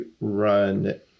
run